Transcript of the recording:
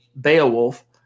Beowulf